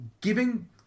giving